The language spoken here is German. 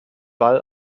ball